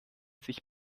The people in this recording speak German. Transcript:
sich